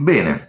Bene